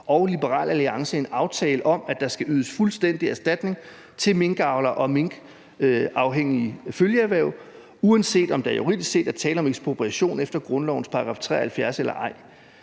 og Liberal Alliance en aftale om, at der skal ydes en fuldstændig erstatning til minkavlere og minkafhængige følgeerhverv, uanset om der juridisk set er tale om ekspropriation efter grundlovens § 73 eller ej.